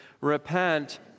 repent